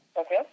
okay